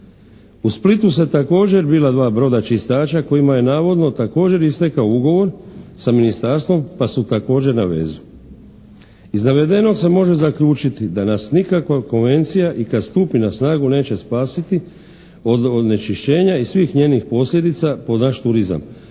U Splitu su također bila dva broda čistača kojima je navodno također istekao ugovor sa ministarstvom pa su također na vezu. Iz navedenog se može zaključiti da nas nikakva konvencija i kad stupi na snagu neće spasiti od onečišćenja i svih njenih posljedica po naš turizam,